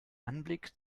anblick